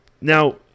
now